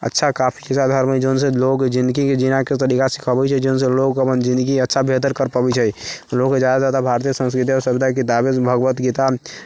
अच्छा काफी धर्म हइ जौनसँ लोक जिन्दगीके जीना किस तरिकासँ अबै छै जौनसँ लोक अपन जिन्दगीके अच्छा बेहतर करि पबैत छै लोकके ज्यादासँ ज्यादा भारतीय संस्कृति आओर सभ्यताके किताब भगवद्गीता